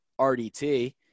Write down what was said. RDT